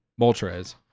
Moltres